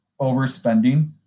overspending